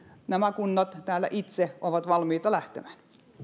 nämä kunnat täällä itse ovat valmiita lähtemään